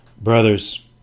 Brothers